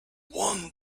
one